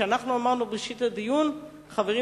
אנחנו אמרנו בראשית הדיון: חברים,